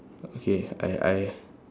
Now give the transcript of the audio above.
okay I I